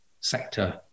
sector